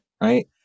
right